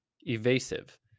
evasive